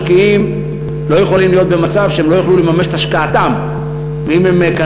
משקיעים לא יכולים להיות במצב שהם לא יוכלו לממש את השקעתם.